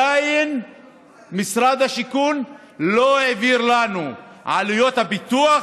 שמשרד השיכון עדיין לא העביר את עלויות הפיתוח,